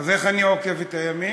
אז איך אני עוקף את הימין?